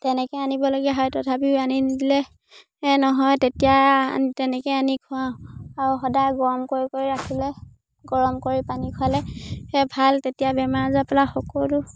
তেনেকে আনিবলগীয়া হয় তথাপিও আনি দিলে নহয় তেতিয়া তেনেকে আনি খুৱাওঁ আৰু সদায় গৰম কৰি কৰি ৰাখিলে গৰম কৰি পানী খোৱালে সেয়ে ভাল তেতিয়া বেমাৰ আজাৰ সকলো